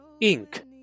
Ink